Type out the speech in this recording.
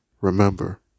remember